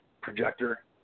projector